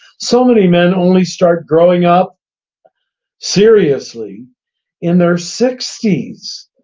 so many men only start growing up seriously in their sixties,